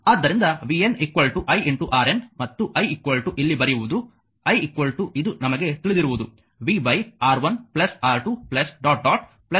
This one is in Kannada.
ಆದ್ದರಿಂದ vn i RN ಮತ್ತು i ಇಲ್ಲಿ ಬರೆಯುವುದು i ಇದು ನಮಗೆ ತಿಳಿದಿರುವುದು v R1 R2